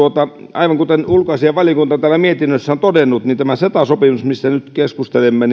aivan kuten ulkoasiainvaliokunta täällä mietinnössään on todennut tämä ceta sopimus mistä nyt keskustelemme